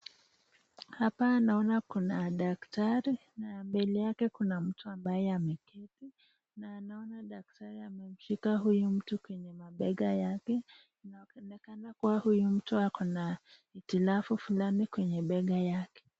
Hapa naona kuna daktari na mbele yake kuna mtu ambaye ameketi na naona daktari ameshika huyu mtu kwenye mabega yake na inaonekana kuwa huyu mtu ako na hitilafu fulani kwenye bega yake.